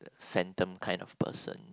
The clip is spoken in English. phantom kind of person